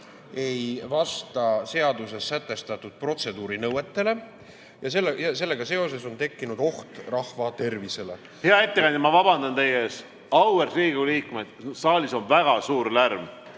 ei vasta seaduses sätestatud protseduurinõuetele ja sellega seoses on tekkinud oht rahva tervisele. Hea ettekandja, ma vabandan teie ees! Auväärt Riigikogu liikmed, saalis on väga suur lärm.